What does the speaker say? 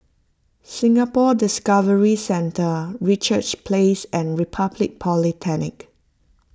Singapore Discovery Centre Richards Place and Republic Polytechnic